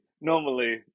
normally